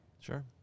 Sure